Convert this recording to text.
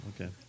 Okay